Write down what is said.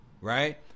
Right